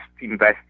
invest